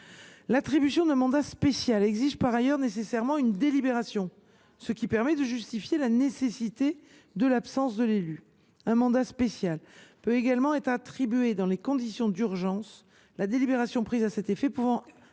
L’attribution d’un mandat spécial exige par ailleurs nécessairement une délibération, ce qui permet de justifier la nécessité de l’absence de l’élu. Un mandat spécial peut également être attribué dans des conditions d’urgence, la délibération prise à cet effet pouvant